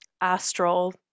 astral